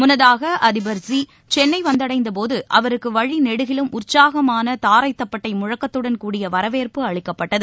முன்னதாக அதிபர் ஸீ சென்ளை வந்தடைந்தபோது அவருக்கு வழிநெடுகிலும் உற்சாகமான தாரை தப்பட்டை முழக்கத்துடன் கூடிய வரவேற்பு அளிக்கப்பட்டது